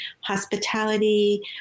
hospitality